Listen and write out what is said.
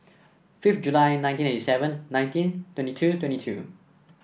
fifth July nineteen eighty seven nineteen twenty two twenty two